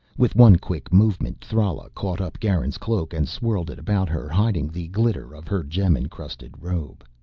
with one quick movement thrala caught up garin's cloak and swirled it about her, hiding the glitter of her gem-encrusted robe.